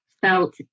felt